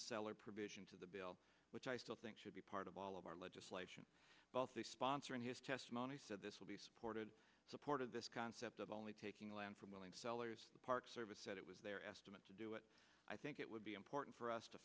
seller provisions of the bill which i still think should be part of all of our legislation sponsoring his testimony so this will be supported supported this concept of only taking land from willing sellers the park service said it was their estimate to do it i think it would be important for us to